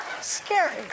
Scary